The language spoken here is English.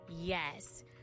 Yes